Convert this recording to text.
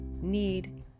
need